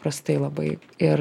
prastai labai ir